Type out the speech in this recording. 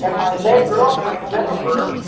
yeah my then girlfriend jennifer,